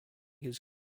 his